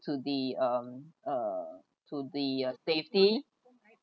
to the um uh to the uh safety